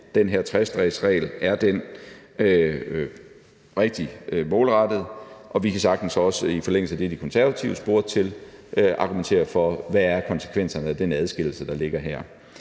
den her driftsstedsregel er rigtigt målrettet, og vi kan sagtens også i forlængelse af det, De Konservative spurgte til, argumentere for, hvad konsekvenserne er af den adskillelse, der ligger her.